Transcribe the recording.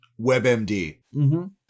WebMD